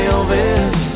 Elvis